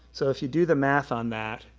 so if you do the math on that,